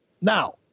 Now